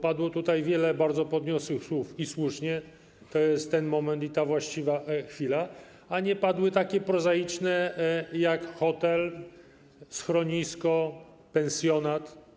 Padło tutaj wiele bardzo podniosłych słów, i słusznie, to jest ten moment i ta właściwa chwila, a nie padły takie prozaiczne jak hotel, schronisko, pensjonat.